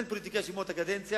אין פוליטיקאי שיגמור את הקדנציה,